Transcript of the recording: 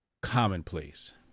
commonplace